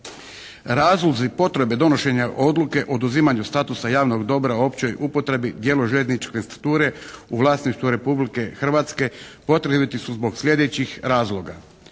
Razlozi potrebe donošenja Odluke o oduzimanju statusa javnog dobra u općoj upotrebi dijelu željezničke infrastrukture u vlasništvu Republike Hrvatske potrebiti su zbog sljedećih razloga.